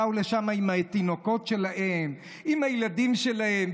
באו לשם עם התינוקות שלהן, עם הילדים שלהן.